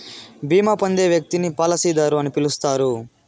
బీమా పొందే వ్యక్తిని పాలసీదారు అని పిలుస్తారు